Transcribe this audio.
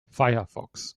firefox